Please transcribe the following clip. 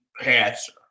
passer